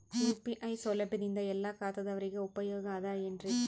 UPI ಸೌಲಭ್ಯದಿಂದ ಎಲ್ಲಾ ಖಾತಾದಾವರಿಗ ಉಪಯೋಗ ಅದ ಏನ್ರಿ?